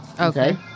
Okay